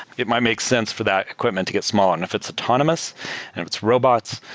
it might make sense for that equipment to get small. and if it's autonomous and if it's robots,